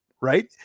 right